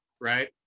right